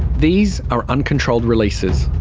these are uncontrolled releases.